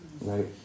right